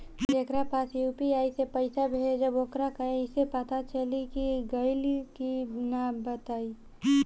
जेकरा पास यू.पी.आई से पईसा भेजब वोकरा कईसे पता चली कि गइल की ना बताई?